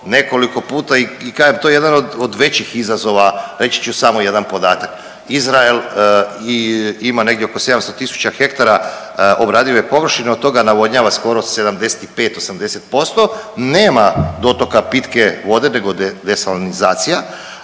nekoliko puta i kažem to je jedan od većih izazova. Reći ću samo jedan podatak, Izrael ima negdje oko 700.000 hektara obradive površine od toga navodnjava skoro 75, 80% nema dotoka pitke vode nego desalinizacija